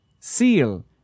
Seal